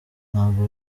ntabwo